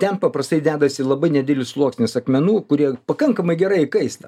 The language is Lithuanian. ten paprastai dedasi labai nedilis sluoksnis akmenų kurie pakankamai gerai įkaista